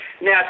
Now